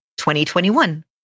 2021